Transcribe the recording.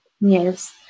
Yes